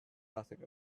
nothing